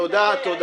תודה.